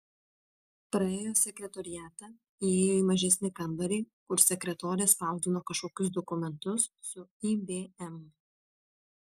praėjo sekretoriatą įėjo į mažesnį kambarį kur sekretorė spausdino kažkokius dokumentus su ibm